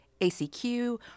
ACQ